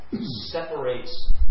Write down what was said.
separates